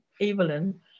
Evelyn